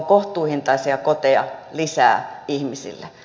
kohtuuhintaisia koteja ihmisille